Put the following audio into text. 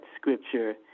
scripture